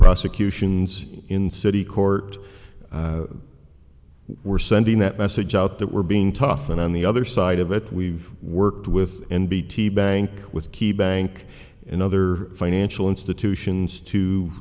prosecutions in city court we're sending that message out that we're being tough and on the other side of it we've worked with n b t bank with key banc and other financial institutions t